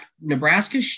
Nebraska